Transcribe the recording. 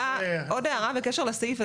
עוד הערה בקשר לסעיף הזה.